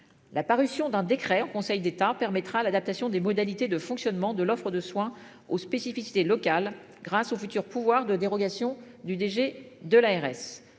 La parution d'un décret en Conseil d'État permettra l'adaptation des modalités de fonctionnement de l'offre de soins aux spécificités locales grâce au futur pouvoir de dérogation du DG de l'ARS.